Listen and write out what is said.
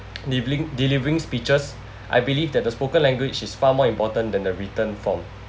delivering delivering speeches I believe that the spoken language is far more important than the written form